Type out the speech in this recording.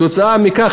כתוצאה מכך,